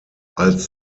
als